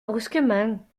brusquement